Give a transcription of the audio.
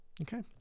Okay